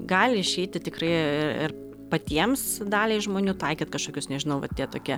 gali išeiti tikrai i ir patiems daliai žmonių taikyt kažkokius nežinau va tie tokie